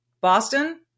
Boston